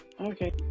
Okay